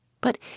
But